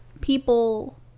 people